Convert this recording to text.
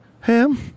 ham